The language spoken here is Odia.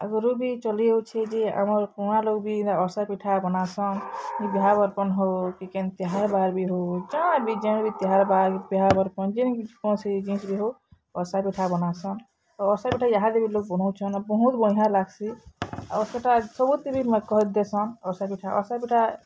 ଆଗ୍ରୁ ବି ଚଲିଅଉଛେ ଯେ ଆମର କୁଣା ଲୋକ ବି ଅର୍ସା ପିଠା ବନାସନ୍ ବିହା ବର୍ପନ୍ ହଉ କି କେନ୍ ତିହା୍ର ବାର୍ ବି ହଉ ଯାହା ବି ଯେନ୍ ତିହାର୍ ବାର ବିହା ବର୍ପନ୍ ଯେନ୍ କୌଣସି ଜିନିଷ ବି ହଉ ଅର୍ସା ପିଠା ବନାସନ୍ ଅର୍ସା ପିଠା ଇହାଦେବି ଲୋକ୍ ବନଉଛନ୍ ବହୁତ୍ ବଢ଼ିଆଁ ଲାଗ୍ସି ଆଉ ସେଟା ସବୁଥି ବି କହିଦେସନ୍ ଅର୍ସା ପିଠା ଅର୍ସା ପିଠା